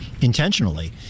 intentionally